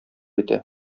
итә